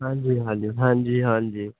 ਹਾਂਜੀ ਹਾਂਜੀ ਹਾਂਜੀ ਹਾਂਜੀ